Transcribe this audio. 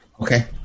Okay